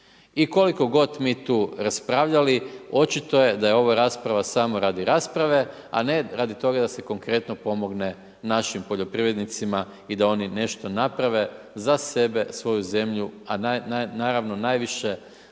I koliko god mi tu raspravljali, očito je da je ova rasprava samo radi rasprave, a ne radi toga da se konkretno pomogne našim poljoprivrednicima i da oni nešto naprave, za sebe, svoju zemlju, a naravno, najviše, za